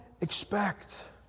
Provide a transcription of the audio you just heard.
expect